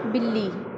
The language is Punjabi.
ਬਿੱਲੀ